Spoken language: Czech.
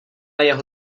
jeho